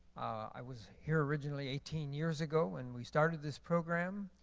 i was here originally eighteen years ago when we started this program,